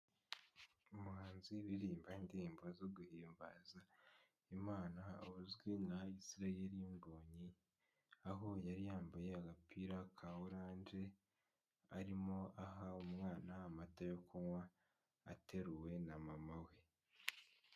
Umuhanzi uririmba indirimbo zo guhimbaza Imana uzwi nka Israel MBONYI, aho yari yambaye agapira ka oranje, arimo aha umwana amata yo kunywa, ateruwe na mama we.